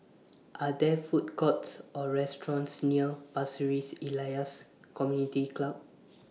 Are There Food Courts Or restaurants near Pasir Ris Elias Community Club